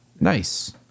Nice